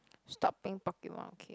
stop playing Pokemon okay